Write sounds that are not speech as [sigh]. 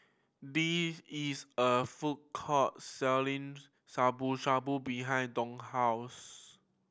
the is a food court selling [unintelligible] Shabu Shabu behind Dow's house